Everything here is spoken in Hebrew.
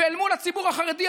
ואל מול הציבור החרדי,